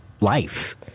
life